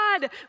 God